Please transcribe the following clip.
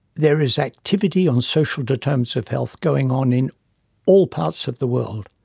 there is activity on social determinants of health going on in all parts of the world.